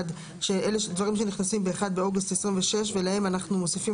דברים שנכנסים ב-1 באוגוסט 2026 ואליהם אנחנו מוסיפים